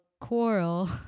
quarrel